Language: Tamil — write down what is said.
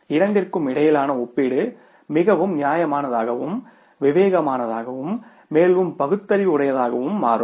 இரண்டிற்கும் இடையிலான ஒப்பீடு மிகவும் நியாயமானதாகவும் விவேகமானதாகவும் மேலும் பகுத்தறிவுடையதாகவும் மாறும்